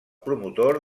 promotor